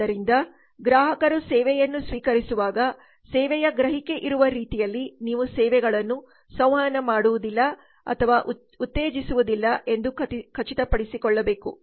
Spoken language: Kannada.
ಆದ್ದರಿಂದ ಗ್ರಾಹಕರು ಸೇವೆಯನ್ನು ಸ್ವೀಕರಿಸುವಾಗ ಸೇವೆಯ ಗ್ರಹಿಕೆ ಇರುವ ರೀತಿಯಲ್ಲಿ ನೀವು ಸೇವೆಗಳನ್ನು ಸಂವಹನ ಮಾಡುವುದಿಲ್ಲ ಅಥವಾ ಉತ್ತೇಜಿಸುವುದಿಲ್ಲ ಎಂದು ಖಚಿತಪಡಿಸಿಕೊಳ್ಳಬೇಕು